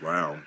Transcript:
Wow